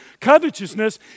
covetousness